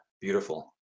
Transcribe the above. beautiful